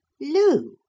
Lou